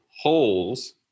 holes